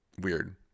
weird